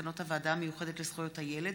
מסקנות הוועדה המיוחדת לזכויות הילד